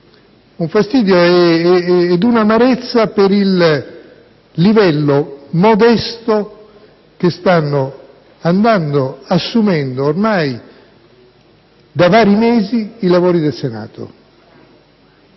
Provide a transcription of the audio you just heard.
fastidio e amarezza per il livello modesto che stanno assumendo, ormai da vari mesi, i lavori del Senato.